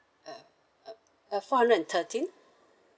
uh uh uh four hundred and thirteen